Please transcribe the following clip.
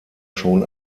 schon